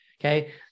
Okay